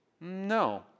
No